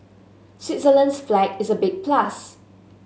Switzerland's flag is a big plus